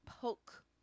poke